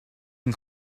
een